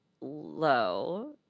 low